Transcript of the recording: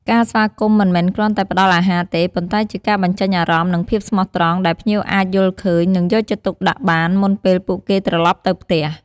ការស្វាគមន៍មិនមែនគ្រាន់តែផ្តល់អាហារទេ ប៉ុន្តែជាការបញ្ចេញអារម្មណ៍ និងភាពស្មោះត្រង់ ដែលភ្ញៀវអាចយល់ឃើញ និងយកចិត្តទុកដាក់បាន មុនពេលពួកគេត្រឡប់ទៅផ្ទះ។